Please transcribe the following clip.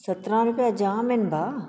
सत्रहं रूपिया जाम आहिनि भाउ